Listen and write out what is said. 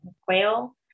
quail